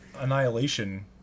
Annihilation